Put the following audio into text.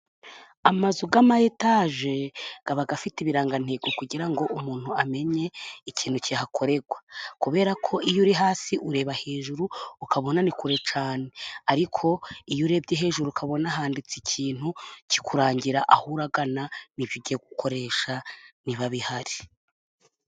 Amazu y'amayetage, akaba afite ibirangantego, kugira ngo umuntu amenye ikintu cyahakorerwa. Kubera ko iyo uri hasi ureba hejuru, ukabona ni kure cyane, ariko iyo urebye hejuru ukabona handitse ikintu kikurangira aho uragana, n'ibyo ugiye gukoresha niba bihari.